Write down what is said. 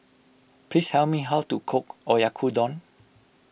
please tell me how to cook Oyakodon